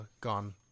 gone